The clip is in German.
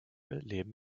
leben